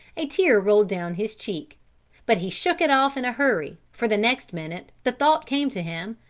a tear rolled down his cheek but he shook it off in a hurry for the next minute the thought came to him,